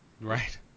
Right